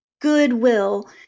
goodwill